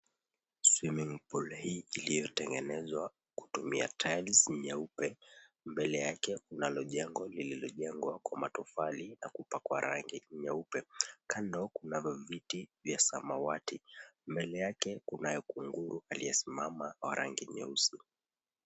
Swimming pool hii iliyotengenezwa kutumia tiles nyeupe mbele yake kunalo jengo lililojengwa kwa matofali na kupakwa rangi nyeupe, kando kuna viti vya samawati mbele yake kuna kunguru aliyesimama wa rangi nyeusi.